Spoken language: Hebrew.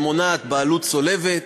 שמונעת בעלות צולבת.